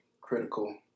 critical